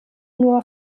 nur